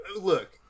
look